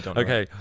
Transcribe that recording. okay